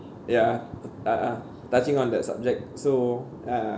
ya ah ah touching on that subject so ah